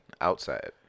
outside